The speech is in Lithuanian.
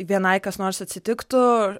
vienai kas nors atsitiktų